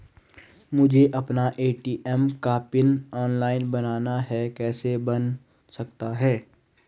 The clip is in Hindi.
मुझे अपना ए.टी.एम का पिन ऑनलाइन बनाना है कैसे बन सकता है?